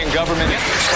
government